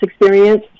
experience